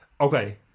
Okay